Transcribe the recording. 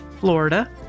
Florida